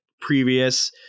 previous